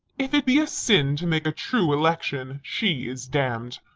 if it be a sin to make a true election, she is damn'd.